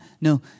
No